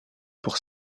pour